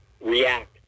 react